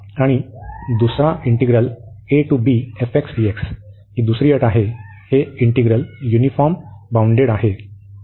आणि दुसरा एक इंटिग्रल ही दुसरी अट आहे हे इंटिग्रल युनिफॉर्मने बाउंडेड आहेत